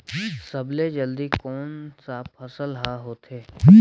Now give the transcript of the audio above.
सबले जल्दी कोन सा फसल ह होथे?